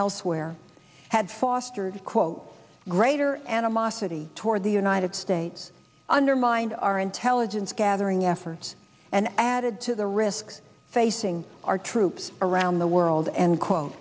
elsewhere had fostered quote greater animosity toward the united states undermined our intelligence gathering efforts and added to the risks facing our troops around the world and quote